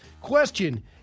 Question